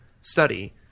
study